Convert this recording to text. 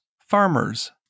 farmers